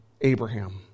Abraham